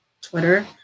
Twitter